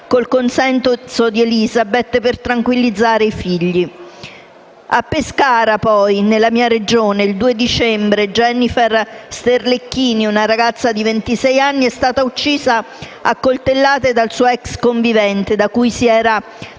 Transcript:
il consenso di Elizabeth, per tranquillizzare i figli. A Pescara poi, nella mia Regione, il 2 dicembre Jennifer Sterlecchini, una ragazza di ventisei anni, è stata uccisa a coltellate dal suo ex convivente, da cui si era da poco